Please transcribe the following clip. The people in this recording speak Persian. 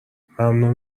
ممنون